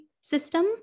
system